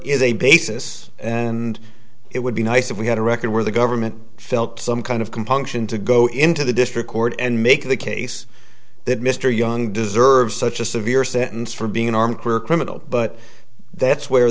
is a basis and it would be nice if we had a record where the government felt some kind of compunction to go into the district court and make the case that mr young deserves such a severe sentence for being an arm career criminal but that's where